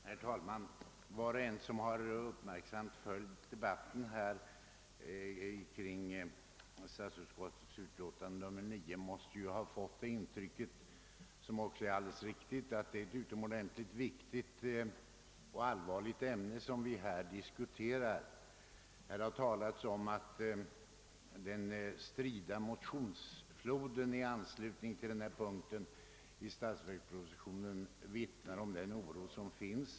Herr talman! Var och en som uppmärksamt har följt debatten kring statsutskottets utlåtande nr 9 måste ha fått det intrycket — vilket är alldeles riktigt — att det är ett utomordentligt viktigt och allvarligt ämne som vi diskuterar. Här har talats om att den strida motionsfloden i anslutning till denna punkt i statsverkspropositionen vittnar om den oro som förekommer.